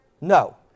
No